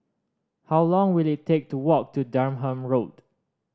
how long will it take to walk to Durham Road